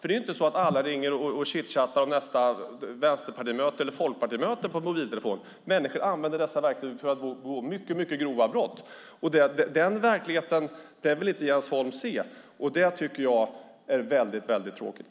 Det är inte så att alla ringer och "chitchattar" om nästa vänsterpartimöte eller folkpartimöte på mobiltelefon. Människor använder dessa verktyg för att begå mycket grova brott. Den verkligheten vill inte Jens Holm se. Det tycker jag är väldigt tråkigt.